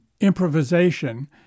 improvisation